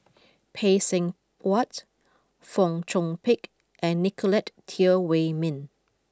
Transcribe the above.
Phay Seng Whatt Fong Chong Pik and Nicolette Teo Wei Min